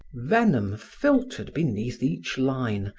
venom filtered beneath each line,